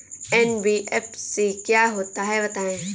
NBFC क्या होता है बताएँ?